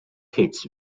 hits